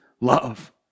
love